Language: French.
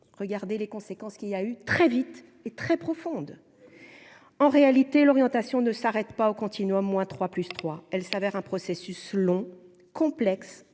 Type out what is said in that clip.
regardez les conséquences qu'il y a eu très vite et très profonde en réalité l'orientation ne s'arrête pas aux au moins trois, plus trois elle s'avère un processus long, complexe